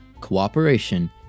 cooperation